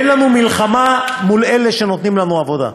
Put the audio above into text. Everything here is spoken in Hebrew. אין לנו מלחמה עם אלה שנותנים לנו עבודה.